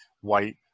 white